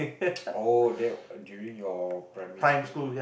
oh that during your primary school